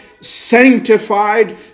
sanctified